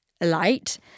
light